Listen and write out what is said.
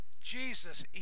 Jesus